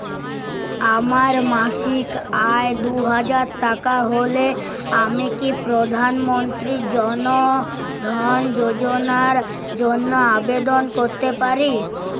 আমার মাসিক আয় দুহাজার টাকা হলে আমি কি প্রধান মন্ত্রী জন ধন যোজনার জন্য আবেদন করতে পারি?